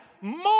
more